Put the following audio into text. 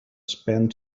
spend